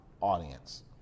audience